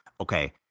okay